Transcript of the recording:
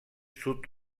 sud